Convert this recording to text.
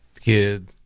kid